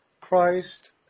Christ